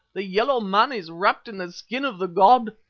the yellow man is wrapped in the skin of the god.